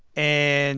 and